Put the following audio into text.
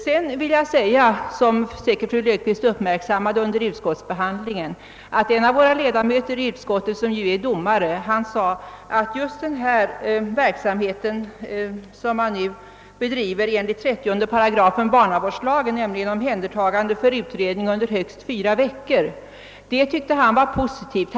Som fru Löfqvist säkert uppmärksammade under behandlingen i utskottet sade en av utskottsledamöterna som är domare, att just den verksamhet som nu bedrivs enligt 30 § barnavårdslagen, nämligen omhändertagande för utredning under högst fyra veckor, var någonting positivt.